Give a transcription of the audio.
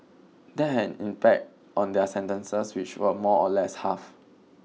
that had an impact on their sentences which were more or less halved